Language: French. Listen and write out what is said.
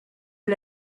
est